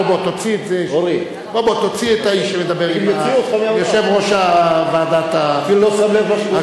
בוא תוציא את האיש שמדבר עם יושב-ראש ועדת הכספים.